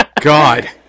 God